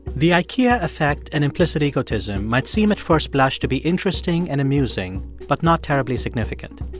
the ikea effect and implicit egotism might seem at first blush to be interesting and amusing but not terribly significant.